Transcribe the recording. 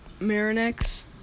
marinex